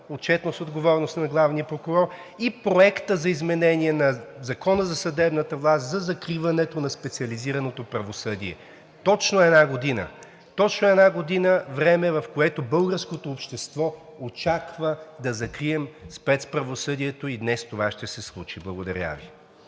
отчетност и отговорност на главния прокурор и Проекта за изменение на Закона за съдебната власт за закриването на специализираното правосъдие. Точно една година! Точно една година време, в което българското общество очаква да закрием спецправосъдието и днес това ще се случи. Благодаря Ви.